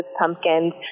pumpkins